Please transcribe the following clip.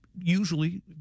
usually